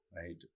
Right